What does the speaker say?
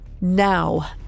Now